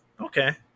Okay